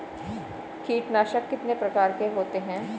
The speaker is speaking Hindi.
कीटनाशक कितने प्रकार के होते हैं?